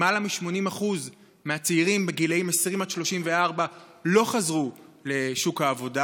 למעלה מ-80% מהצעירים בגילים 20 34 לא חזרו לשוק העבודה,